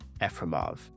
Efremov